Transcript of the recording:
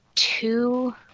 two